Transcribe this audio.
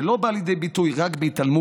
זה לא בא לידי ביטוי רק בהתעלמות